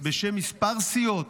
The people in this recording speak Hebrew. בשם כמה סיעות,